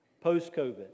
post-COVID